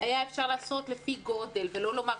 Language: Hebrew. היה אפשר לעשות לפי גודל ולא לומר,